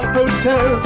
hotel